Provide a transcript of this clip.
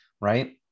right